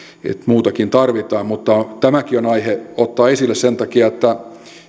ja muutakin tarvitaan mutta tämäkin on aihetta ottaa esille sen takia että